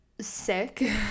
sick